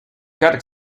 kark